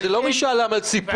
זה לא משאל עם על סיפוח,